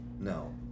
no